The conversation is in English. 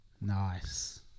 Nice